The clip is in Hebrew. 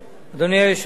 אדוני היושב-ראש,